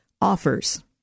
offers